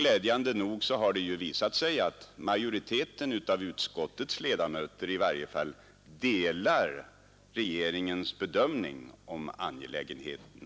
Glädjande nog har det visat sig att majoriteten av utskottets ledamöter delar regeringens bedömning om angelägenheten härav.